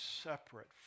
separate